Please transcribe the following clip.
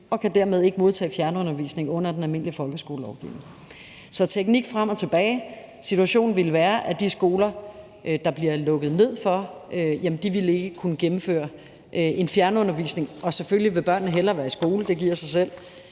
og kan dermed ikke modtage fjernundervisning under den almindelige folkeskolelovgivning. Så teknik frem og tilbage. Situationen ville være, at de skoler, der bliver lukket ned, ikke kunne gennemføre en fjernundervisning. Selvfølgelig vil børnene hellere være i skole – det giver sig selv.